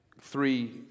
three